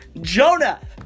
Jonah